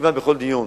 כמעט בכל דיון